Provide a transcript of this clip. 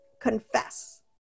Confess